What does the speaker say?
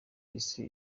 ise